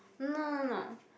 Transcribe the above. no no no